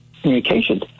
communication